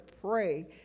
pray